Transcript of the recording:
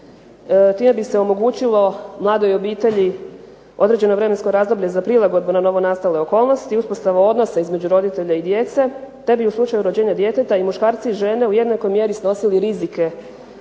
Time bi se omogućilo mladoj obitelji određeno vremensko razdoblje za prilagodbu na novonastale okolnosti, uspostavu odnosa između roditelja i djece, te bi u slučaju rođenja djeteta i muškarci i žene u jednakoj mjeri snosili rizike